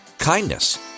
kindness